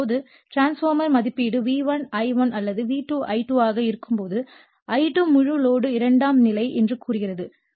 இப்போது டிரான்ஸ்பார்மர் மதிப்பீடு V1 I1 அல்லது V2 I2 ஆக இருக்கும்போது I2 முழு லோடு இரண்டாம் நிலை என்று கூறுகிறது